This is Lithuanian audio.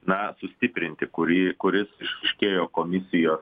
na sustiprinti kurį kuris išryškėjo komisijos